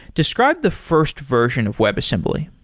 describe the first version of webassembly